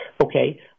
okay